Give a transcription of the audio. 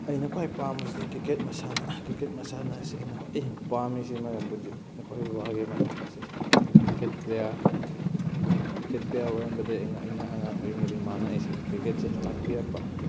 ꯑꯩꯅ ꯈ꯭ꯋꯥꯏ ꯄꯥꯝꯕꯁꯤꯗꯤ ꯀꯤꯔꯀꯦꯠ ꯃꯁꯥꯟꯅ ꯀꯤꯔꯀꯦꯠ ꯃꯁꯥꯟꯅ ꯑꯁꯤ ꯑꯩꯅ ꯑꯃꯨꯛꯀ ꯍꯦꯟꯅ ꯄꯥꯝꯃꯤꯁꯤ ꯃꯔꯝꯕꯨꯗꯤ ꯃꯈꯣꯏ ꯕꯕꯥꯒꯤ ꯃꯌꯥꯝꯕꯁꯦ ꯑꯁꯤ ꯀꯤꯔꯀꯦꯠ ꯄ꯭ꯂꯦꯌꯥꯔ ꯍꯥꯏꯕꯗꯤ ꯑꯩꯈꯣꯏ ꯀꯤꯔꯀꯦꯠ ꯄ꯭ꯂꯦꯌꯥꯔ ꯑꯣꯏꯔꯝꯕꯗꯒꯤ ꯑꯩꯅ ꯑꯩꯅ ꯑꯉꯥꯡ ꯑꯣꯏꯔꯤꯉꯩꯗꯒꯤ ꯃꯥꯅ ꯑꯩꯁꯦ ꯀ꯭ꯔꯤꯛꯀꯦꯠꯁꯦ ꯇꯥꯛꯄꯤꯔꯛꯄ